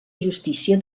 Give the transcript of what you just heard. justícia